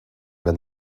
been